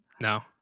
No